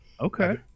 okay